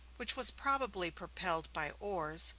which was probably propelled by oars,